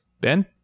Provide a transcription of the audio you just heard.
Ben